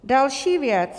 Další věc.